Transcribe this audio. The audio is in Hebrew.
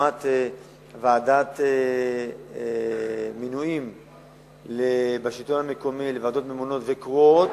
כדוגמת ועדת מינויים בשלטון המקומי לוועדות ממונות וקרואות,